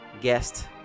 guest